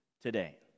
today